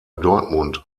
dortmund